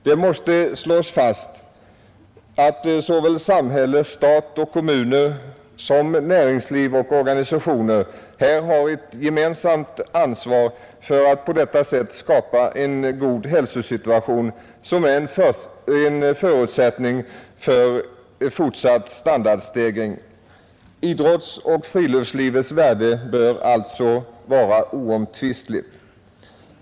Det måste slås fast att såväl stat och kommuner som näringsliv och organisationer har ett gemensamt ansvar för att på detta sätt skapa en god hälsosituation som är en förutsättning för fortsatt standardstegring. Idrottens och friluftslivets värde bör alltså vara oomtvistligt.